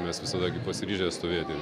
mes visada gi pasiryžę stovėti